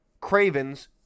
cravens